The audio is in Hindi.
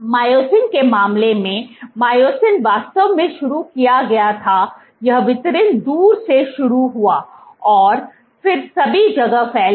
मायोसिन के मामले में मायोसिन वास्तव में शुरू किया गया था यह वितरण दूर से शुरू हुआ और फिर सभी जगह फैल गया